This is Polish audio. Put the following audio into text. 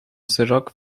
wzrok